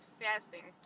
fasting